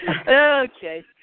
Okay